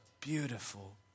beautiful